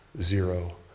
zero